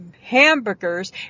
hamburgers